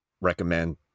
recommend